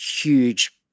huge